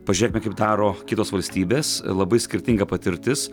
pažiūrėkime kaip daro kitos valstybės labai skirtinga patirtis